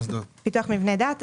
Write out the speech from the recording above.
פיתוח מבני דת,